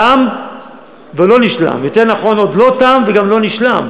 תם ולא נשלם, יותר נכון, עוד לא תם וגם לא נשלם.